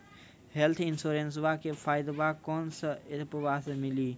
Health इंश्योरेंसबा के फायदावा कौन से ऐपवा पे मिली?